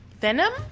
Venom